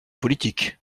politique